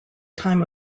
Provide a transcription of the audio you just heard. time